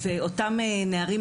אותם נערים,